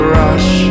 rush